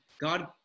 God